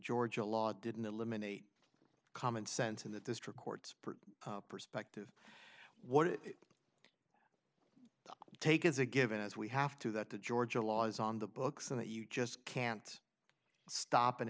georgia law didn't eliminate common sense to the district courts perspective what it take as a given as we have to that the georgia law is on the books and that you just can't stop and